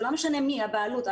ולא משנה מי הבעלות,